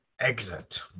exit